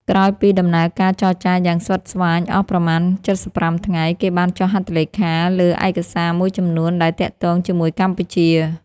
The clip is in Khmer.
ក្រោយពីដំណើរការចរចាយ៉ាងស្វិតស្វាញអស់ប្រមាណ៧៥ថ្ងៃ គេបានចុះហត្ថលេខា លើឯកសារមួយចំនួនដែលទាក់ទងជាមួយកម្ពុជា។